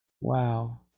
Wow